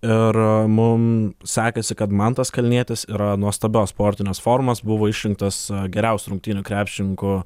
ir mum sekėsi kad mantas kalnietis yra nuostabios sportinės formos buvo išrinktas geriausiu rungtynių krepšininku